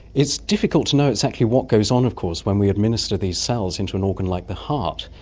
it's difficult to know exactly what goes on of course when we administer these cells into an organ like the heart,